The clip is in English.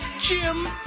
Jim